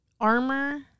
armor